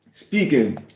speaking